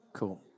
Cool